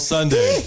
Sunday